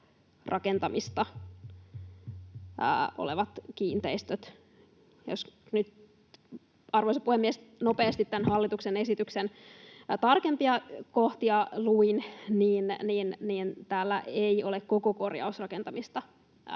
korjausrakentamista vaativat kiinteistöt, ja arvoisa puhemies, kun nopeasti tämän hallituksen esityksen tarkempia kohtia luin, niin täällä ei ole koko korjausrakentamista